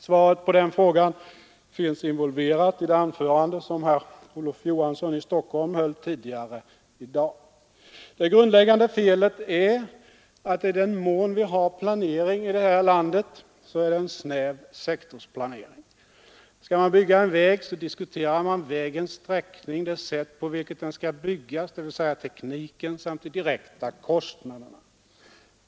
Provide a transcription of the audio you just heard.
Svaret på den frågan finns involverat i det anförande som herr Johansson i Stockholm höll tidigare i dag. Det grundläggande felet är att i den mån vi har planering i det här landet, så är det en snäv sektorsplanering. Skall man bygga en väg så diskuterar man vägens sträckning, det sätt på vilket den skall byggas, dvs. tekniken, samt de direkta kostnaderna.